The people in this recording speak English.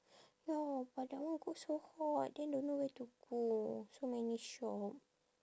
ya but that one go so hot then don't know where to go so many shop